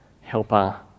helper